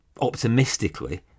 optimistically